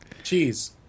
Cheese